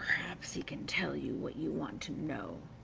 perhaps he can tell you what you want to know.